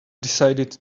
decided